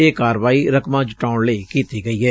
ਇਹ ਕਾਰਵਾਈ ਰਕਮਾਂ ਜੁਟਾਉਣ ਲਈ ਕੀਤੀ ਗਈ ਏ